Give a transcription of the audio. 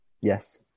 Yes